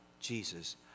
Jesus